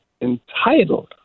entitled